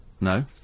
No